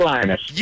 Linus